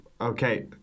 Okay